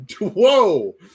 Whoa